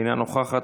אינה נוכחת,